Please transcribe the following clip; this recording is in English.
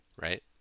right